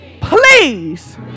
please